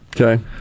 Okay